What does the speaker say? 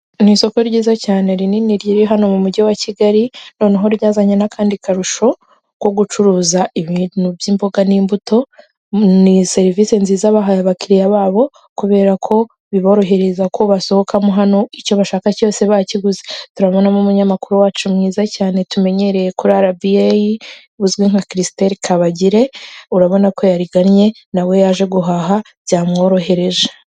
Ni isoko ryiza cyane rinini riri hano mu mujyi wa Kigali, noneho ryazanye n'akandi karusho ko gucuruza ibintu by'imboga n'imbuto, ni serivise nziza bahaye abakiliya babo kubera ko biborohereza ko basohokamo hano icyo bashaka cyose bakiguze, turabonamo umunyamakuru wacu mwiza cyane tumenyereye kuri arabi eyi uzwi nka Christelle Kabagire, urabona ko yarigannye, nawe yaje guhaha byamworohereje.